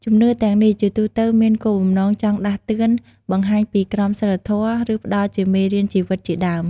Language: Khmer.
ជំនឿទាំងនេះ ជាទូទៅមានគោលបំណងចង់ដាស់តឿន បង្ហាញពីក្រមសីលធម៌ ឬផ្តល់ជាមេរៀនជីវិតជាដើម។